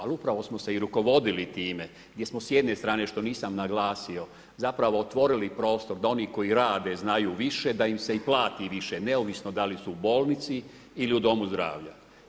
Ali upravo smo se i rukovodili time gdje smo s jedne strane što nisam naglasio zapravo otvorili prostor da oni koji rade znaju više da im se i plati više neovisno da li su u bolnici ili u domu zdravlja.